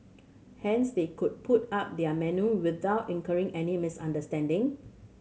hence they could put up their menu without incurring any misunderstanding